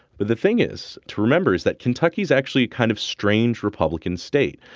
but the thing is to remember is that kentucky's actually kind of strange republican state.